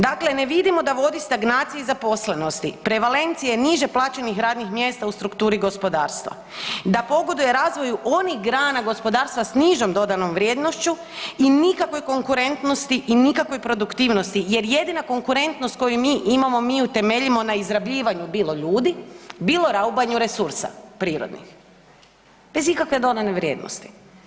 Dakle, ne vidimo da vodi stagnaciji zaposlenosti, prevalencije niže plaćenih radnih mjesta u strukturi gospodarstva, da pogoduje razvoju onih grana gospodarstva s nižom dodanom vrijednošću i nikakvoj konkurentnosti i nikakvoj produktivnosti jer jedina konkurentnost koju mi imamo mi ju temeljimo na izrabljivanju bilo ljudi, bilo raubanju resursa prirodnih, bez ikakve dodane vrijednosti.